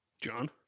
John